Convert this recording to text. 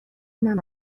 اونم